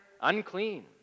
unclean